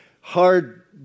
hard